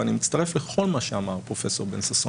ואני מצטרף לכל מה שאמר פרופ' בן ששון.